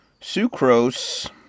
Sucrose